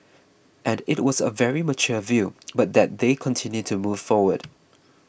and it was a very mature view but that they continue to move forward